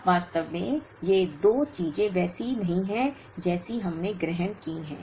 अब वास्तव में ये 2 चीजें वैसी नहीं हैं जैसी हमने ग्रहण की हैं